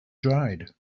dried